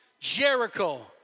Jericho